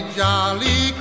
jolly